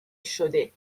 شده